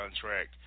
contract